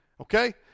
Okay